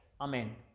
amen